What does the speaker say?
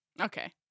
Okay